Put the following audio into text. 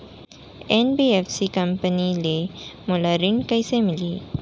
NBFC company ले मोला ऋण कइसे मिलही?